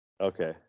Okay